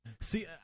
See